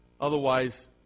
Otherwise